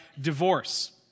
divorce